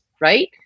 right